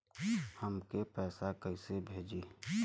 हमके पैसा कइसे भेजी?